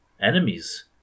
enemies